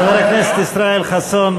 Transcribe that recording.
חבר הכנסת ישראל חסון,